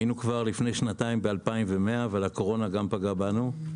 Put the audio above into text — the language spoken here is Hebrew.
היינו לפני שנתיים ב-2,100 אבל הקורונה גם פגעה בנו.